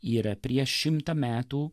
ir prieš šimtą metų